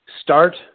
start